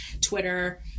Twitter